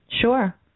Sure